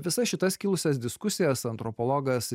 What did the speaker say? visas šitas kilusias diskusijas antropologas